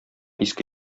иске